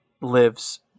lives